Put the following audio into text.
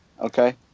Okay